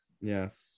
Yes